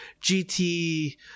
GT